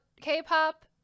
K-pop